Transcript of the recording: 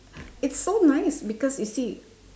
it's so nice because you see